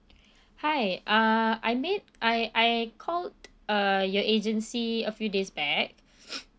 hi uh I made I I called uh your agency a few days back